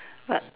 but